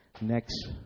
next